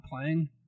playing